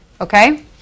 okay